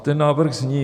Ten návrh zní: